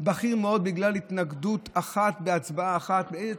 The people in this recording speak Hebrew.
בכיר מאוד בגלל התנגדות אחת והצבעה אחת, נא לסיים.